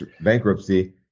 bankruptcy